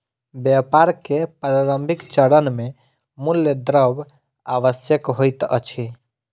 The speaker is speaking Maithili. व्यापार के प्रारंभिक चरण मे मूल द्रव्य आवश्यक होइत अछि